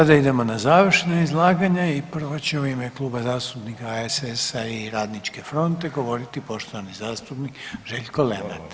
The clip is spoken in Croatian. Sada idemo na završna izlaganja i prva će u ime Kluba zastupnika HSS-a i Radničke fronte govoriti poštovani zastupnik Željko Lenart.